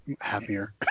happier